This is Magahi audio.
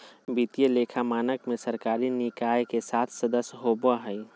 वित्तीय लेखा मानक में सरकारी निकाय के सात सदस्य होबा हइ